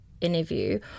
interview